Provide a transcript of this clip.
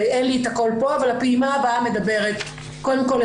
ואין לי את הכל פה אבל הפעימה הבאה מדברת קודם כל על